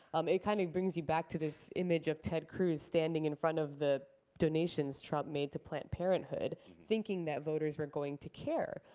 um kind of brings you back to this image of ted cruz standing in front of the donations trump made to planned parenthood thinking that voters were going to care.